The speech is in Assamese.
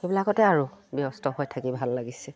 সেইবিলাকতে আৰু ব্যস্ত হৈ থাকি ভাল লাগিছে